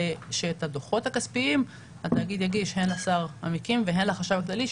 זה שאת הדוחות הכספיים התאגיד יגיש הן לשר המקים והן לחשב הכללי.